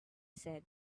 said